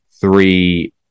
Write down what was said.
three